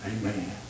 Amen